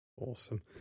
Awesome